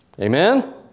Amen